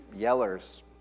yellers